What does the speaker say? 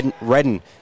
Redden